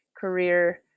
career